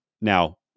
Now